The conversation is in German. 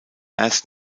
erst